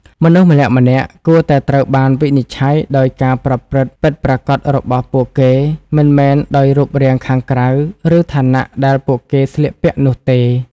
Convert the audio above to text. មនុស្សម្នាក់ៗគួរតែត្រូវបានវិនិច្ឆ័យដោយការប្រព្រឹត្តពិតប្រាកដរបស់ពួកគេ មិនមែនដោយរូបរាងខាងក្រៅឬឋានៈដែលពួកគេស្លៀកពាក់នោះទេ។